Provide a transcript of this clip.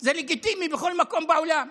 זה לגיטימי בכל מקום בעולם.